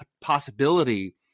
possibility